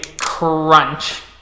crunch